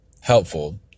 helpful